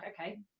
okay